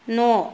न'